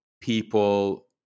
people